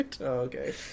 okay